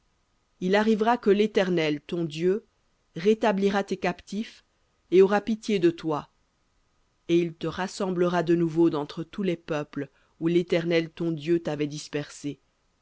il arrivera que l'éternel ton dieu rétablira tes captifs et aura pitié de toi et il te rassemblera de nouveau d'entre tous les peuples où l'éternel ton dieu t'avait dispersé